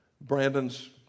Brandon's